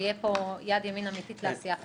ותהיה פה יד ימין אמתית לעשייה חיובית.